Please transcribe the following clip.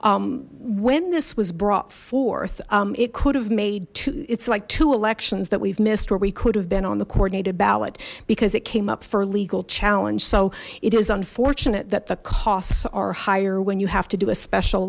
but when this was brought forth it could have made it's like two elections that we've missed where we could have been on the coordinated ballot because it came up for a legal challenge so it is unfortunate that the costs are higher when you have to do a special